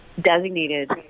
designated